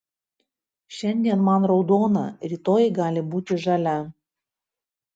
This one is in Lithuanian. šiandien man raudona rytoj gali būti žalia